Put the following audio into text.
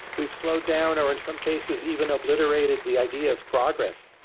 we've slowed down, or in some cases, even obliterated the idea of progress.